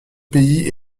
pays